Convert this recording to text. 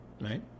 right